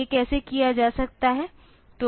यह कैसे किया जा सकता है